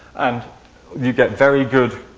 and you get very good